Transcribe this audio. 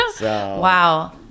Wow